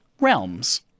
realms